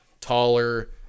taller